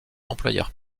employeurs